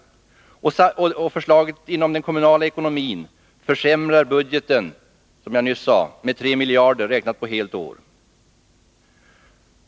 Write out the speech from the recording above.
Beträffande den kommunala ekonomin försämrar deras förslag, som jag nyss sade, budgeten med 3 miljarder, räknat på helt år.